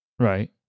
Right